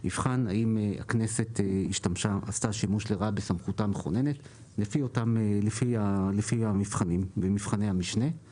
יבחן האם הכנסת עשתה שימוש לרעה בסמכותה המכוננת לפי מבחני המשנה.